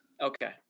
Okay